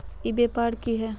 ई व्यापार की हाय?